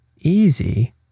Easy